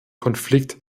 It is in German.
konflikt